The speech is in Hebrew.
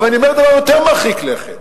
אבל אני אומר דבר יותר מרחיק לכת: